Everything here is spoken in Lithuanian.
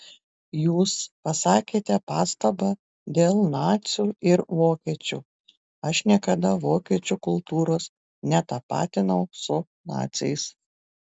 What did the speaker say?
jūs pasakėte pastabą dėl nacių ir vokiečių aš niekada vokiečių kultūros netapatinau su naciais